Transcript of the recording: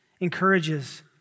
encourages